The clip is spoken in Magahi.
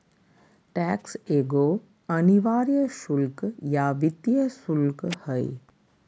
टैक्स एगो अनिवार्य शुल्क या वित्तीय शुल्क हइ